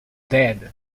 dead